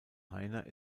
heiner